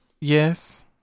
yes